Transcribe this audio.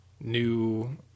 new